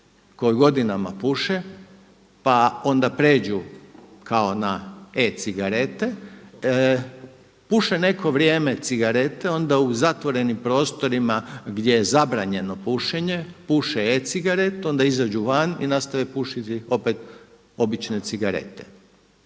koji godinama puše pa onda pređu kao na e-cigarete puše neko vrijeme cigarete onda u zatvorenim prostorima gdje je zabranjeno pušenje puše e-cigaretu onda izađu van i nastave pušiti opet obične cigarete.